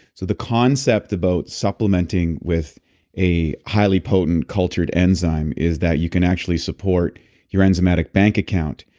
so the concept about supplementing with a highly potent cultured enzyme is that you can actually support your enzymatic bank account.